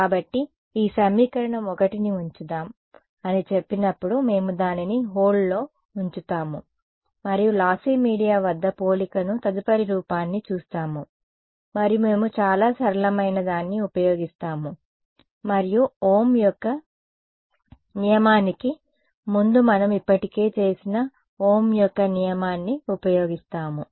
కాబట్టి ఈ సమీకరణం 1ని ఉంచుదాం అని చెప్పినప్పుడు మేము దానిని హోల్డ్లో ఉంచుతాము మరియు లాస్సీ మీడియా వద్ద పోలికను తదుపరి రూపాన్ని చూస్తాము మరియు మేము చాలా సరళమైనదాన్ని ఉపయోగిస్తాము మరియు ఓం యొక్క నియమానికి ముందు మనం ఇప్పటికే చేసిన ఓం యొక్క నియమాన్ని ఉపయోగిస్తాము